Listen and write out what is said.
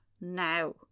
now